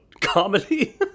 comedy